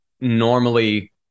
normally